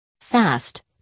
Fast